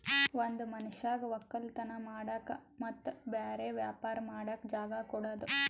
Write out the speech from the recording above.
ಒಂದ್ ಮನಷ್ಯಗ್ ವಕ್ಕಲತನ್ ಮಾಡಕ್ ಮತ್ತ್ ಬ್ಯಾರೆ ವ್ಯಾಪಾರ ಮಾಡಕ್ ಜಾಗ ಕೊಡದು